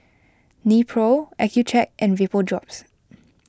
Nepro Accucheck and Vapodrops